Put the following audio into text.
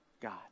God